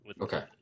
Okay